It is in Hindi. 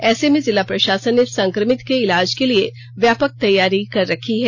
ऐसे में जिला प्रशासन ने संक्रमित के इलाज के लिए व्यापक तैयारी कर रखी है